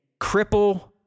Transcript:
cripple